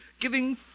giving